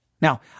Now